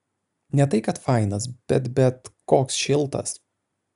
ne tai kad fainas bet bet koks šiltas